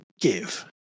give